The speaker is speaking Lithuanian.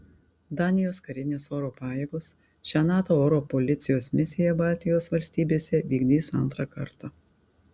danijos karinės oro pajėgos šią nato oro policijos misiją baltijos valstybėse vykdys antrą kartą